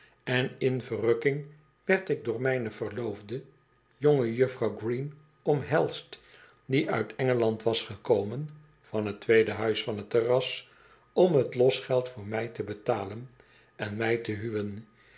en in verrukking werd ik door mijne verloofde jongejuffrouw green omhelsd die uit engeland was gekomen van t tweede huis van t terras om t losgeld voor mij te betalen en mij te huwen